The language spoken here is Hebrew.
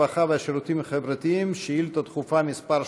הרווחה והשירותים החברתיים שאילתה דחופה מס'